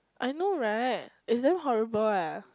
I know [right] is damn horrible eh